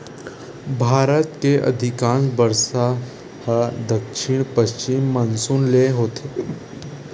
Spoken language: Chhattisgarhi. भारत के अधिकांस बरसा ह दक्छिन पस्चिम मानसून ले होथे